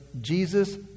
Jesus